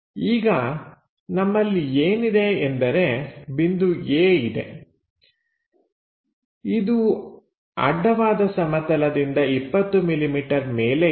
ಈಗ ನಮ್ಮಲ್ಲಿ ಏನಿದೆ ಎಂದರೆ ಬಿಂದು A ಇದೆ ಇದು ಅಡ್ಡವಾದ ಸಮತಲದಿಂದ 20ಮಿಲಿಮೀಟರ್ ಮೇಲೆ ಇದೆ